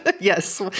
Yes